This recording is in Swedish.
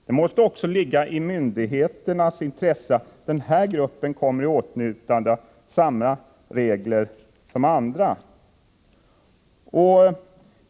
Det måste ligga i myndigheternas intresse att även den här gruppen kommer i åtnjutande av samma regler som andra.